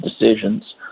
decisions